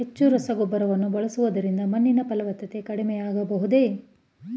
ಹೆಚ್ಚು ರಸಗೊಬ್ಬರವನ್ನು ಬಳಸುವುದರಿಂದ ಮಣ್ಣಿನ ಫಲವತ್ತತೆ ಕಡಿಮೆ ಆಗಬಹುದೇ?